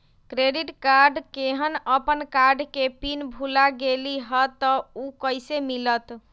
Credit card केहन अपन card के पिन भुला गेलि ह त उ कईसे मिलत?